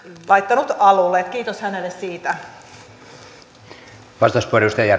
laittanut alulle kiitos hänelle siitä